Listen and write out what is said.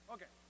Okay